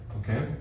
Okay